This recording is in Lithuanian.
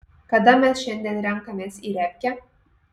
kada mes šiandien renkamės į repkę